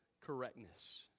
correctness